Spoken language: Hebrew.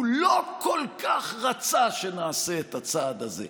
הוא לא כל כך רצה שנעשה את הצעד הזה.